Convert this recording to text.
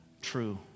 true